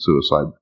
suicide